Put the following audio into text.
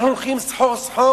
אנחנו הולכים סחור-סחור.